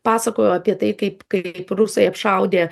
pasakojo apie tai kaip kaip rusai apšaudė